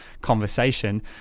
conversation